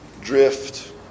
drift